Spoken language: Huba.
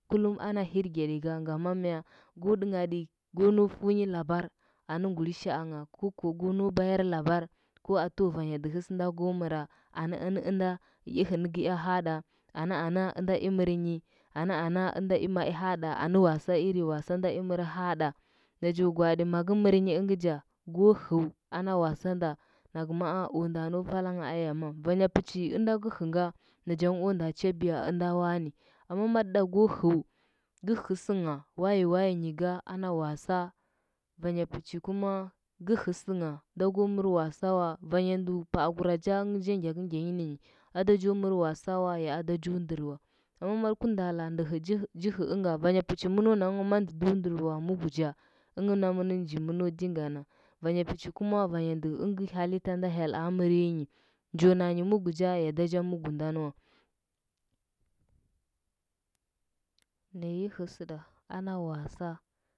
Kullum ana hirgedi ga, ngama mya go ɗɚnghaɗi go nau funyi labar anɚ ngulishaangha, ko kuwa ko nau bayar labar ko ata vanya dɚhɚ sɚndɚ go mɚra anɚ anɚ ɚnda i hɚ nɚkɚea hahɗa, ana ana ɚna i mɚrnyi, ana ana ɚnda i mai hahɗa, anɚ wasa iri wasa nda i mɚr hahɗa naji gwaɗi magɚ mɚr ɚngɚ ja go hɚu ana wasanda nagɚ maa nde nau valangha a yama. Vanya pɚchi ɚnda gɚ hɚnga nachangh o nda chabiya ɚnda wane amma go hɚu gɚ hɚ sɚngha waye wayen ka ana wasa vanya pɚchi kuma gɚi hɚ sɚngha ago mɚr wasa wa nanya ndu paaguracha ɚngɚ ja ngyakɚngyanyi nɚnyi, ada jo mɚr was awa, ya ada jo ndɚr wa amma magɚ gurnda laa ndɚ hɚ ji hɚ ɚnga manya pɚchi do ndɚr wa mugu cha ɚngɚ namɚn ji mɚno dinga na vanya pɚchi kuma vanya ndu ɚngɚ halite nda hyela mɚrini, njo nanyi mugu ja ya daja mugu ndanwa na yi hɚ sɚɗɚ ana wasa.